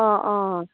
অঁ অঁ